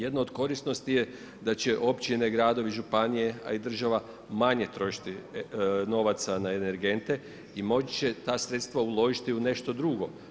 Jedna od korisnosti je da će općine, gradovi i županije a i država manje trošiti novaca na energente i moći će ta sredstva uložiti u nešto drugo.